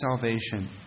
salvation